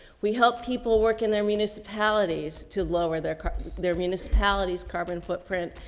we help people work in their municipalities to lower their car, their municipalities carbon footprint.